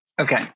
Okay